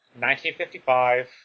1955